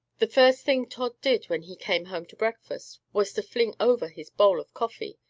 the first thing tod did, when he came home to breakfast, was to fling over his bowl of coffee,